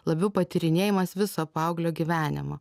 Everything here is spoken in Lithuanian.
labiau patyrinėjimas viso paauglio gyvenimo